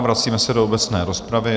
Vracíme se do obecné rozpravy.